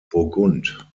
burgund